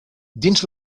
dins